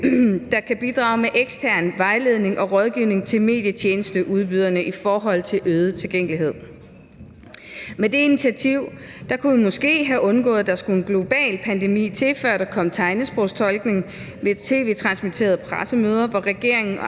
der kan bidrage med ekstern vejledning og rådgivning til medietjenesteudbyderne i forhold til øget tilgængelighed. Med det initiativ kunne vi måske have undgået, at der skulle en global pandemi til, før der kom tegnsprogstolkning ved tv-transmitterede pressemøder, hvor regeringen og